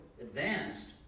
advanced